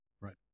Right